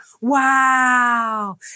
wow